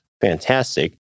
fantastic